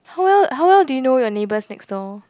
how well how well do you know your neighbours next door